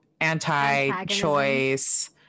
Anti-choice